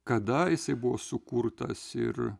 kada jisai buvo sukurtas ir